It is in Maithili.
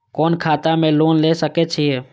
कोन खाता में लोन ले सके छिये?